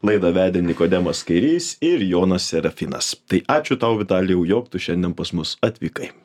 laidą vedė nikodemas kairys ir jonas serafinas tai ačiū tau vitalijau jog tu šiandien pas mus atvykai